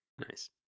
Nice